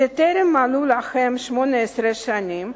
שטרם מלאו להם 18 שנים,